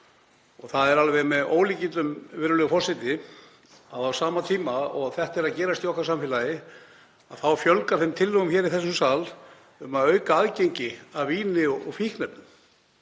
Það er alveg með ólíkindum, virðulegur forseti, að á sama tíma og þetta er að gerast í okkar samfélagi þá fjölgar tillögum hér í þessum sal um að auka aðgengi að víni og fíkniefnum.